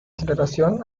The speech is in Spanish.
generación